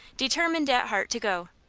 determined at heart to go.